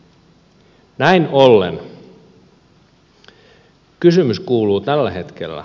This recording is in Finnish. näin ollen kysymys kuuluu tällä hetkellä